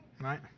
right